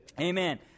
Amen